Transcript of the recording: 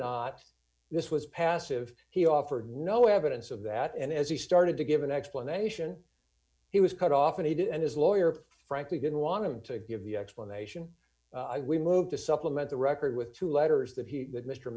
not this was passive he offered no evidence of that and as he started to give an explanation he was cut off and he did and his lawyer frankly didn't want him to give the explanation we moved to supplement the record with two letters that he that mr